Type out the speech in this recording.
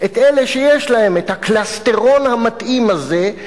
את אלה שיש להם הקלסתרון המתאים הזה,